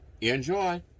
Enjoy